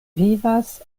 vivas